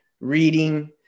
reading